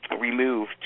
remove